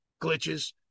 glitches